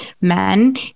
men